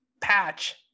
Patch